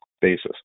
basis